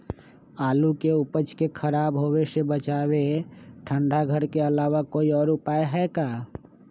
आलू के उपज के खराब होवे से बचाबे ठंडा घर के अलावा कोई और भी उपाय है का?